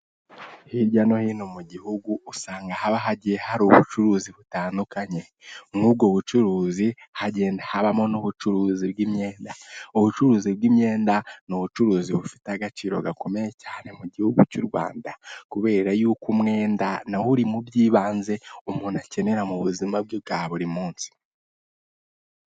Hirya no hino mu gihugu usanga haba hagiye hari ubucuruzi butandukanye nk'ubwo bucuruzi hagenda habamo n'ubucuruzi bw'imyenda. Ubucuruzi bw'imyenda n'ubucuruzi bufite agaciro gakomeye cyane mu gihugu cy'u Rwanda, kubera yuko umwenda na uri mu by'ibanze umuntu akenera mu buzima bwe bwa buri munsi.